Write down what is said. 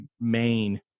main